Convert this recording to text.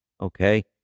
okay